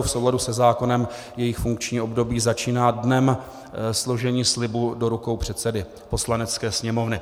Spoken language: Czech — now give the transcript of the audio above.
V souladu se zákonem jejich funkční období začíná dnem složení slibu do rukou předsedy Poslanecké sněmovny.